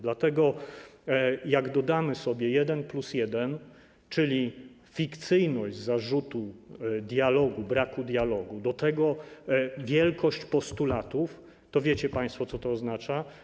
Dlatego, jak dodamy sobie jeden plus jeden, czyli fikcyjność zarzutu braku dialogu i do tego wielkość postulatów, to wiecie państwo, co to oznacza?